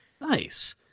Nice